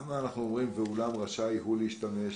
אומרים "ואולם רשאי הוא להשתמש